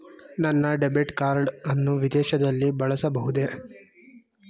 ನನ್ನ debit card ಅನ್ನು ವಿದೇಶದಲ್ಲಿ ಬಳಸಬಹುದೇ?